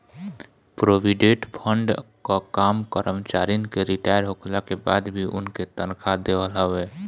provident fund कअ काम करमचारिन के रिटायर होखला के बाद भी उनके तनखा देहल हवे